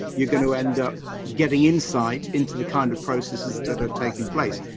you're going to end up getting insight into the kind of processes that are taking place.